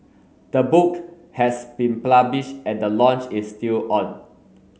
the book has been published and the launch is still on